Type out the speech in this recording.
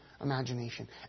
imagination